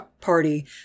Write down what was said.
party